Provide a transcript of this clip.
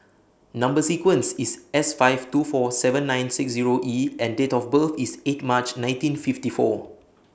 Number sequence IS S five two four seven nine six Zero E and Date of birth IS eight March nineteen fifty four